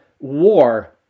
war